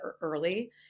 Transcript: early